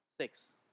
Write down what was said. Six